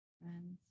friends